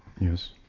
Yes